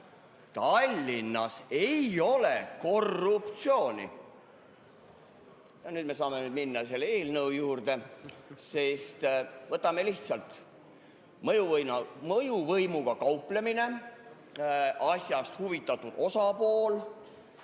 Tallinnas ei ole korruptsiooni. Ja nüüd me saame minna selle eelnõu juurde. Võtame lihtsalt: mõjuvõimuga kauplemine, asjast huvitatud osapool,